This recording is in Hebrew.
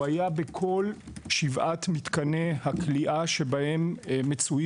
הוא היה בכל שבעת מתקני הכליאה בהם מצויים